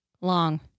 long